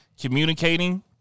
communicating